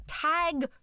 tag